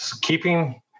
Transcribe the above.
keeping